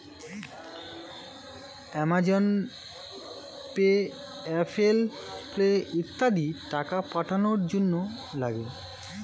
Amazon pay, Apple pay ইত্যাদি টাকা পাঠানোর জন্যে লাগে